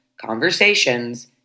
conversations